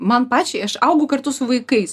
man pačiai aš augu kartu su vaikais